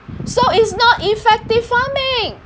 so it's not effective farming